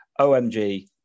OMG